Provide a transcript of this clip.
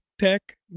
tech